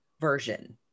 version